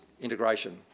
integration